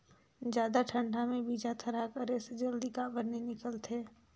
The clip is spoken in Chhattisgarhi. जादा ठंडा म बीजा थरहा करे से जल्दी काबर नी निकलथे?